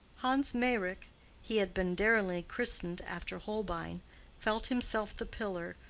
hans meyrick he had been daringly christened after holbein felt himself the pillar,